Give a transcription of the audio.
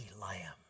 Lamb